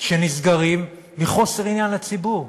שנסגרים מחוסר עניין לציבור.